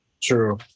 True